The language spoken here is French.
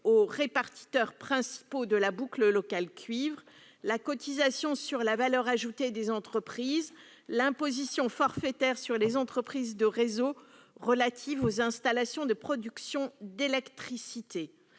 aux répartiteurs principaux de la boucle locale cuivre ; la cotisation sur la valeur ajoutée des entreprises ; l'imposition forfaitaire sur les entreprises de réseaux relative aux installations de production d'électricité